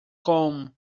com